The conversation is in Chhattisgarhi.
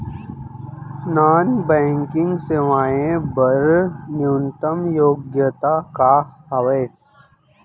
नॉन बैंकिंग सेवाएं बर न्यूनतम योग्यता का हावे?